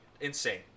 insane